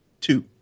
Two